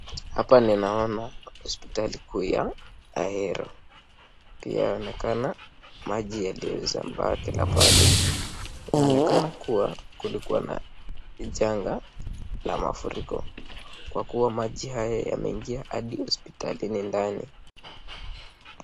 Hapa ninaona hospitali kuu ya Ahero. Inaonekana maji yaliyombaa kila mahali. Inaonekana kuwa kulikuwa na janga la mafuriko kwa kuwa maji haya yameingia hadi hospitalini ndani.